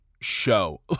show